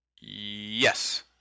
Yes